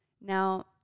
Now